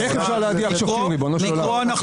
איך אפשר להדיח שופטים, ריבונו של עולם?